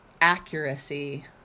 accuracy